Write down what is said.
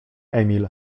emil